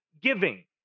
giving